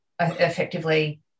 effectively